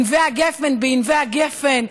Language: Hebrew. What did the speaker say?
ענבי הגפן בענבי הגפן.